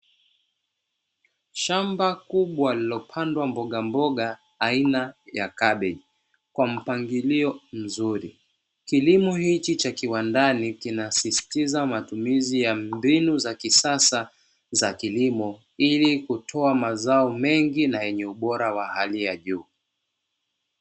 Shamba kubwa lililopandwa mbogamboga aina ya kabeji kwa mpangilio mzuri, kilimo hiki cha kiwandani kinasisitiza matumizi ya mbinu za kisasa za kilimo, ili kutoa mazao mengi yenye ubora wa hali ya juu.